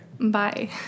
Bye